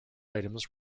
items